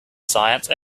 science